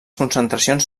concentracions